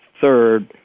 third